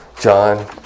John